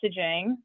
messaging